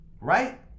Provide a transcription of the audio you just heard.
Right